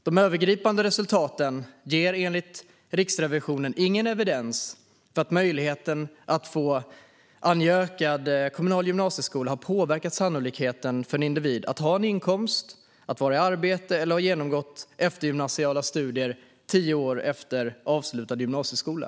De övergripande resultaten ger enligt Riksrevisionens rapport ingen evidens för att möjligheten att få ange önskad kommunal gymnasieskola har påverkat sannolikheten för en individ att ha en inkomst, vara i arbete eller ha genomgått eftergymnasiala studier tio år efter avslutad gymnasieskola.